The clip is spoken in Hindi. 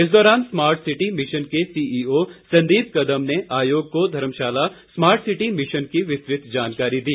इस दौरान स्मार्ट सिटी मिशन के सीईओ संदीप कदम ने आयोग को धर्मशाला समार्ट सिटी मिशन की विस्तृत जानकारी दी